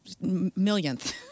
millionth